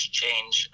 change